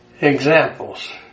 Examples